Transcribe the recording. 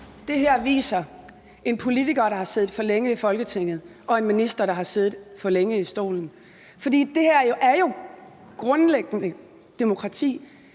Det her viser en politiker, der har siddet for længe i Folketinget, og en minister, der har siddet for længe i stolen. For det her er jo grundlæggende demokrati,